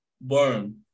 burn